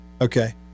Okay